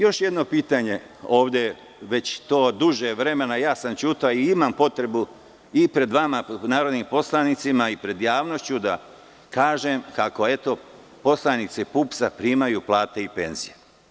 Još jedno pitanje, duže vremena već ćutim i imam potrebu da pred vama, narodnim poslanicima i pred javnošću, kažem kako poslanici PUPS-a primaju plate i penzije.